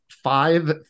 five